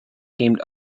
teamed